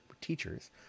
teachers